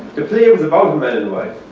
the play was about but and wife.